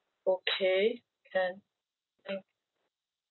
okay then mm